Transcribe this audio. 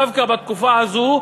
דווקא בתקופה הזאת,